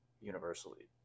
universally